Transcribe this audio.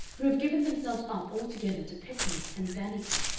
who have given themselves up altogether to pettiness and vanity.